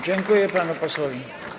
Dziękuję panu posłowi.